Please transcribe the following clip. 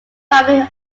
family